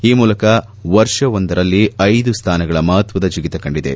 ಈ ಮೂಲಕ ವರ್ಷವೊಂದರಲ್ಲಿ ಐದು ಸ್ಥಾನಗಳ ಮಹತ್ವದ ಜಿಗಿತ ಕಂಡಿದೆ